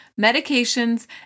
medications